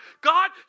God